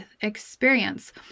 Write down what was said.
experience